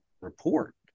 report